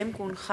מתנגדים.